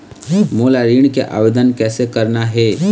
मोला ऋण के आवेदन कैसे करना हे?